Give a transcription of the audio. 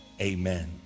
amen